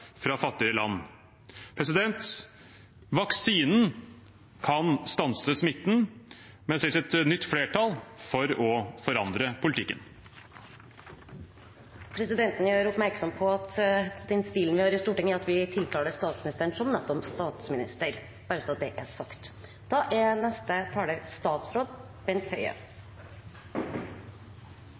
fra fattigere land. Vaksinen kan stanse smitten, men det trengs et nytt flertall for å forandre politikken. Presidenten gjør oppmerksom på at den stilen vi har i Stortinget, er at vi tiltaler statsministeren som nettopp «statsminister», bare så det er sagt.